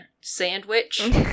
sandwich